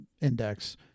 Index